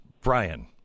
Brian